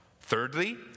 Thirdly